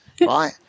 right